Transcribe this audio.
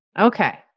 Okay